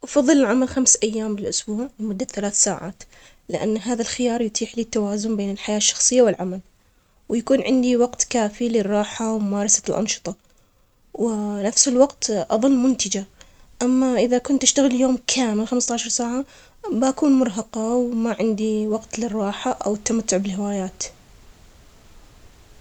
أنا أفضل العمل خمسة أيام في لسبوع لمدة ثلاث ساعات، لأن هالطريقة, تعطيني فرصة أكبر للراحة وتعطيني توازن في حياتي. وتخليني أقدر أركز أكثر على شغلي وعملي وأطور من مهنتي. يوم واحد طويل يكون مرهق ويصعب علي التكيف بعده في منظم حياتي.